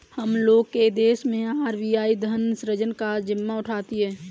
हम लोग के देश मैं आर.बी.आई धन सृजन का जिम्मा उठाती है